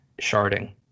sharding